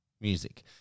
music